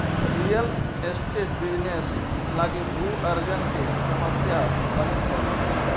real estate business लगी भू अर्जन के समस्या बनित हई